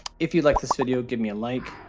if you liked this video, give me a like.